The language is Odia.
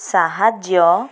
ସାହାଯ୍ୟ